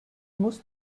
muss